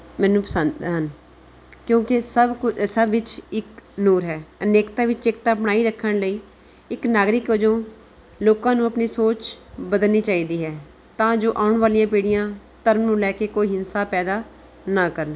ਮੈਨੂੰ ਪਸੰਦ ਹਨ ਕਿਉਂਕਿ ਸਭ ਕੁ ਸਭ ਵਿੱਚ ਇੱਕ ਨੂਰ ਹੈ ਅਨੇਕਤਾ ਵਿੱਚ ਏਕਤਾ ਬਣਾਈ ਰੱਖਣ ਲਈ ਇੱਕ ਨਾਗਰਿਕ ਵਜੋਂ ਲੋਕਾਂ ਨੂੰ ਆਪਣੀ ਸੋਚ ਬਦਲਣੀ ਚਾਹੀਦੀ ਹੈ ਤਾਂ ਜੋ ਆਉਣ ਵਾਲੀਆਂ ਪੀੜ੍ਹੀਆਂ ਧਰਮ ਨੂੰ ਲੈ ਕੇ ਕੋਈ ਹਿੰਸਾ ਪੈਦਾ ਨਾ ਕਰਨ